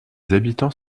habitants